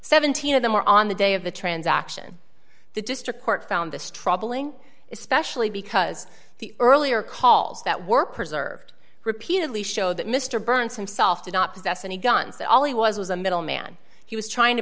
seventeen of them were on the day of the transaction the district court found this troubling especially because the earlier calls that were preserved repeatedly show that mr burns himself did not possess any guns at all he was was a middle man he was t